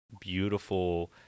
beautiful